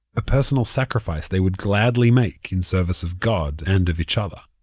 a personal sacrifice they would gladly make in service of god and of each other